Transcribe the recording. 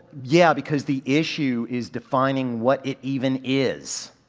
yeah, because the issue is defining what it even is.